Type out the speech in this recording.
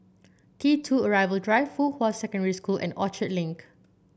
T two Arrival Drive Fuhua Secondary School and Orchard Link